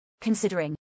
considering